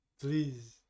Please